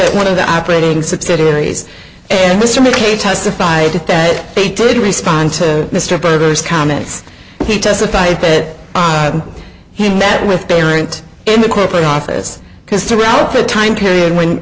at one of the operating subsidiaries and mr mckay testified that they did respond to mr berger's comments and he testified that he met with parent in the corporate office because throughout the time period w